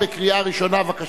אנחנו עוברים לנושא הבא: